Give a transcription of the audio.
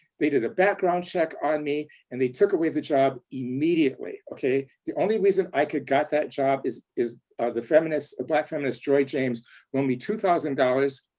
they did a background check on me, and they took away the job immediately, okay? the only reason i could get that job is is the black feminist, joy james loaned me two thousand dollars